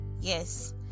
yes